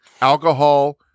Alcohol